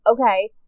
okay